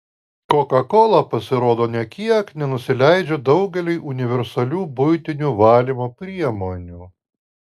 kokakola pasirodo nė kiek nenusileidžia daugeliui universalių buitinių valymo priemonių